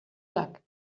luck